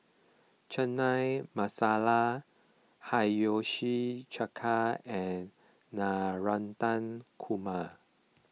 Chana Masala Hiyashi Chuka and Navratan Korma